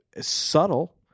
subtle